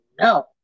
no